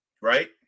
Right